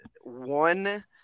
one